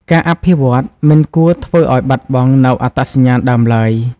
ការអភិវឌ្ឍមិនគួរធ្វើឲ្យបាត់បង់នូវអត្តសញ្ញាណដើមឡើយ។